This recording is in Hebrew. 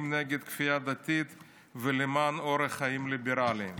נגד כפייה דתית ולמען אורח חיים ליברלי.